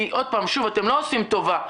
כי, שוב, אתם לא עושים טובה.